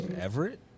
Everett